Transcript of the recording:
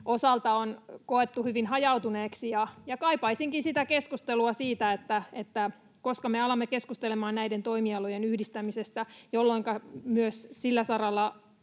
osalta on koettu hyvin hajautuneeksi. Kaipaisinkin keskustelua siitä, koska me alamme keskustelemaan näiden toimialojen yhdistämisestä, jolloinka myös sillä saralla